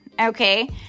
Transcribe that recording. Okay